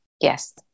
Yes